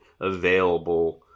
available